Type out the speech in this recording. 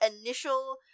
initial